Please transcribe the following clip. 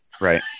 Right